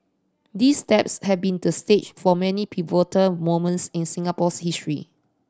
these steps had been the stage for many pivotal moments in Singapore's history